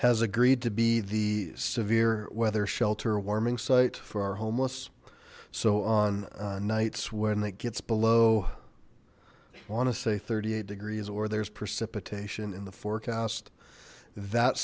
has agreed to be the severe weather shelter warming site for our homeless so on nights when it gets below i want to say thirty eight degrees or there's precipitation in the forecast that